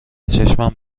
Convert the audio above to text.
چشمم